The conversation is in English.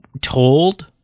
told